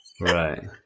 Right